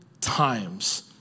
times